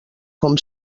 com